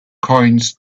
coins